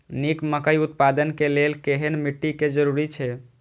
निक मकई उत्पादन के लेल केहेन मिट्टी के जरूरी छे?